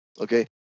okay